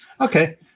Okay